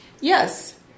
Yes